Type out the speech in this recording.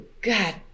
God